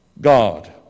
God